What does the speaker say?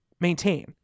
maintain